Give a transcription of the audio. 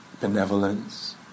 Benevolence